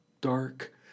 dark